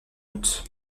août